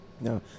no